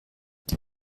die